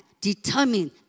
determined